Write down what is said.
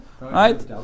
right